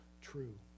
true